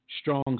strong